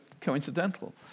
coincidental